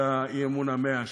זו הצעת האי-אמון ה-100 שלי,